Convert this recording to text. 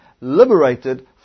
liberated